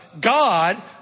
God